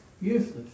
useless